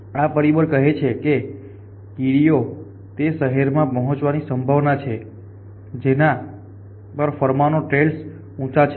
આ પરિબળ કહે છે કે કીડીઓ તે શહેરમાં પહોંચવાની સંભાવના છે જેના પર ફેરોમોન ટ્રેલ્સ ઉંચા છે